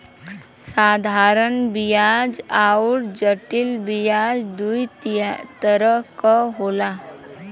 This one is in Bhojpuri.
साधारन बियाज अउर जटिल बियाज दूई तरह क होला